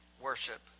worship